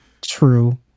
True